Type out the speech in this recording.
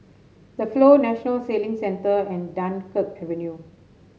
The Flow National Sailing Centre and Dunkirk Avenue